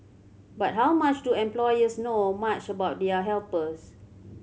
but how much do employers know much about their helpers